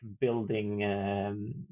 building